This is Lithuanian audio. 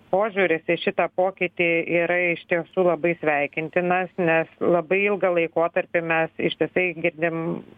požiūris į šitą pokytį yra iš tiesų labai sveikintinas nes labai ilgą laikotarpį mes ištisai girdim